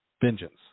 Vengeance